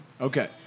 Okay